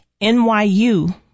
NYU